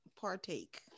partake